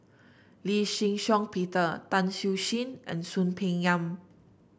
Lee Shih Shiong Peter Tan Siew Sin and Soon Peng Yam